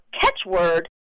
catchword